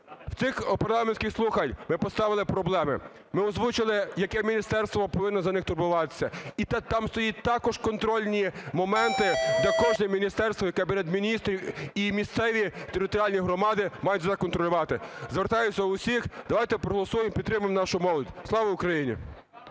В цих парламентських слуханнях ми поставили проблеми, ми озвучили, яке міністерство повинно за них турбуватися. І там стоять також контрольні моменти до кожного міністерства, міністрів і місцеві територіальні громади мають це контролювати. Звертаюсь до всіх: давайте проголосуємо і підтримаємо нашу молодь. Слава Україні!